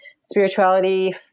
spirituality